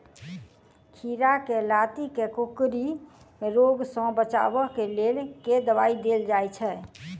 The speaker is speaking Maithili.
खीरा केँ लाती केँ कोकरी रोग सऽ बचाब केँ लेल केँ दवाई देल जाय छैय?